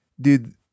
dude